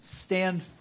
Stand